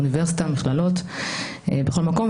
אוניברסיטה ומכללות בכל מקום.